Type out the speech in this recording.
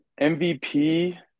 MVP